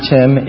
Tim